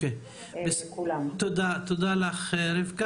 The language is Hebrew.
תודה רבה.